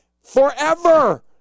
forever